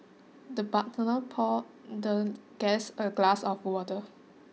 the butler poured the guest a glass of water